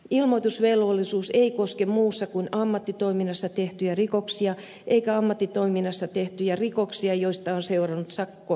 ilmoitusvelvollisuus ei koske muussa kuin ammattitoiminnassa tehtyjä rikoksia eikä ammattitoiminnassa tehtyjä rikoksia joista on seurannut vain sakkorangaistus